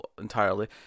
entirely